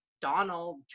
Donald